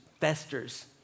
festers